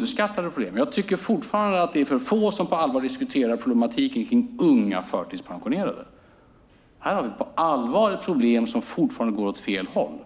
Det är för få som på allvar diskuterar problematiken kring unga förtidspensionerade. Här har vi på allvar ett problem där det fortfarande går åt fel håll.